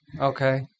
Okay